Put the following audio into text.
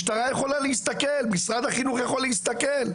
משטרה יכולה להסתכל, משרד החינוך יכול להסתכל.